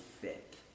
fit